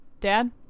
Dad